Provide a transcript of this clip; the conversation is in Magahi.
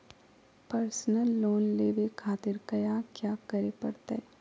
पर्सनल लोन लेवे खातिर कया क्या करे पड़तइ?